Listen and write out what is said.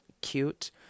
cute